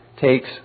takes